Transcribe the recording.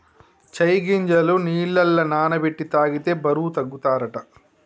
చై గింజలు నీళ్లల నాన బెట్టి తాగితే బరువు తగ్గుతారట